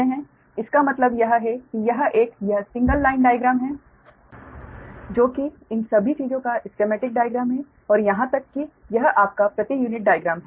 इसका मतलब यह है कि यह एक यह सिंगल लाइन डाइग्राम है जो कि इन सभी चीजों का स्केमेटिक डाइग्राम है और यहां तक कि यह आपका प्रति यूनिट डाइग्राम है